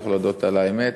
צריך להודות על האמת: